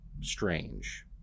strange